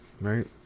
right